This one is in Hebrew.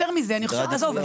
לכן אני שואלת את השאלה הזאת.